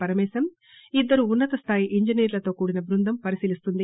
పరమేశం ఇద్దరు ఉన్నతస్థాయి ఇంజనీర్ణతో కూడిన బృందం పరిశీలిస్తుంది